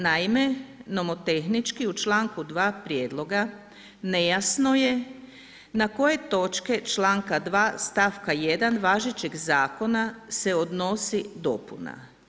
Naime, nomotehnički u članku 2. prijedloga nejasno je na koje točke članka 2. stavka 1. važećeg zakona se odnosi dopuna.